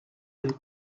and